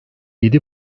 yedi